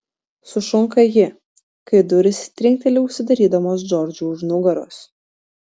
sušunka ji kai durys trinkteli užsidarydamos džordžui už nugaros